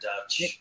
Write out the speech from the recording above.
Dutch